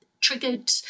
triggered